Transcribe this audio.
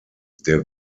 der